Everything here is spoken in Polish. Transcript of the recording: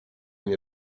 nie